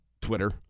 Twitter